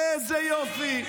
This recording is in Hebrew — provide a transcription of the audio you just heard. איזה יופי.